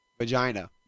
Vagina